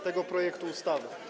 tego projektu ustawy.